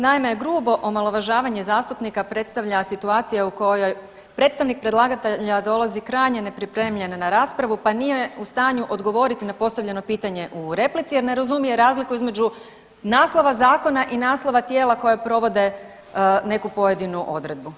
Naime, grubo omalovažavanje zastupnika predstavlja situacije u kojoj predstavnik predlagatelja dolazi krajnje nepripremljen na raspravu, pa nije u stanju odgovoriti na postavljeno pitanje u replici jer ne razumije razliku između naslova zakona i naslova tijela koje provode neku pojedinu odredbu.